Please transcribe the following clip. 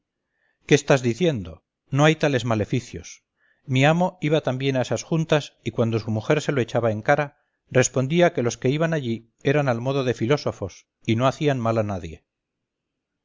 qué estás diciendo no hay tales maleficios mi amo iba también a esas juntas y cuando su mujer se lo echaba en cara respondía que los que allí iban eran al modo de filósofos y no hacían mal a nadie